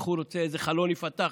איזה חלון ייפתח